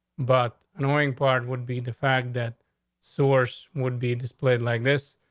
but annoying part would be the fact that source would be displayed like this.